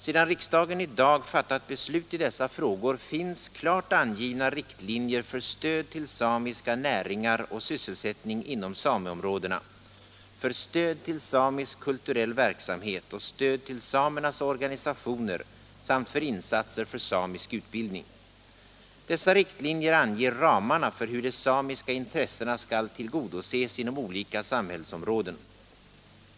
Sedan riksdagen i dag fattat beslut i dessa frågor, finns klart angivna riktlinjer för stöd till samiska näringar och sysselsättning inom sameområdena, för stöd till samisk kulturell verksamhet och stöd till samernas organisationer samt för insatser för samisk utbildning. Dessa riktlinjer anger ramarna för hur de samiska intressena skall tillgodoses inom olika samhällsområden.